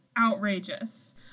outrageous